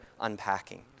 unpacking